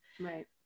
Right